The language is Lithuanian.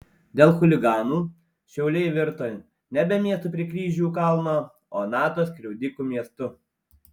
dėl chuliganų šiauliai virto nebe miestu prie kryžių kalno o nato skriaudikų miestu